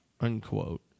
unquote